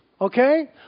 Okay